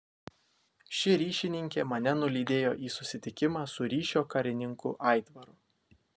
ši ryšininkė mane nulydėjo į susitikimą su ryšio karininku aitvaru